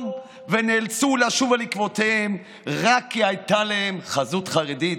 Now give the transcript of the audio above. ונאלצו לשוב על עקבותיהם רק כי הייתה להם חזות חרדית.